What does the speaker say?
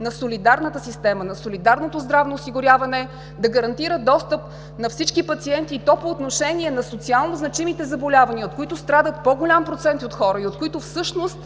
на солидарната система, на солидарното здравно осигуряване е да гарантира достъп на всички пациенти и то по отношение на социално-значимите заболявания, от които страдат по-голям процент от хората и от които всъщност